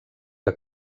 que